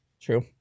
True